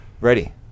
Ready